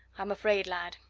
i'm afraid, lad,